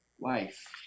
life